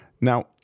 Now